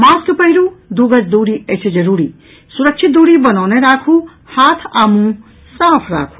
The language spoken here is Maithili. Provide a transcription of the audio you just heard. मास्क पहिरू दू गज दूरी अछि जरूरी सुरक्षित दूरी बनौने राखू हाथ आ मुंह साफ राखू